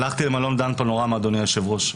הלכתי למלון דן פנורמה, אדוני היושב ראש.